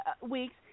weeks